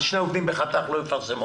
על שני עובדים בחתך לא יפרסמו.